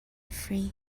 free